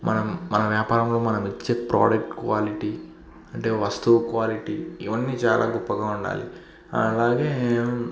మనం మన వ్యాపారంలో మనం ఇచ్చే ప్రాడక్ట్ క్వాలిటీ అంటే వస్తువు క్వాలిటీ ఇవన్నీ చాలా గొప్పగా ఉండాలి అలాగే